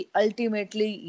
ultimately